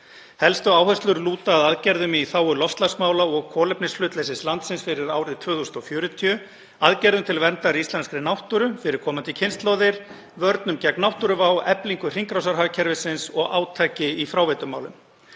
Helstu áherslur lúta að aðgerðum í þágu loftslagsmála og kolefnishlutleysis landsins fyrir árið 2040, aðgerðum til verndar íslenskri náttúru fyrir komandi kynslóðir, vörnum gegn náttúruvá, eflingu hringrásarhagkerfisins og átaki í fráveitumálum.